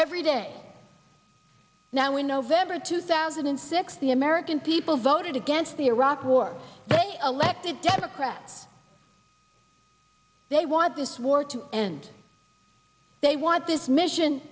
three days now in november two thousand and six the american people voted against the iraq war they elected democrats they want this war to end they want this mission